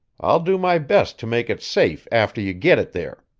i'll do my best to make it safe after you git it there.